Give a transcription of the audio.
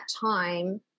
time